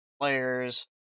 players